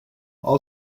all